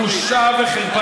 בושה וחרפה.